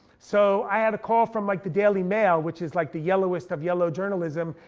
so i had a call from like the daily mail, which is like the yellowest of yellow journalism.